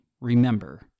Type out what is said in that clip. remember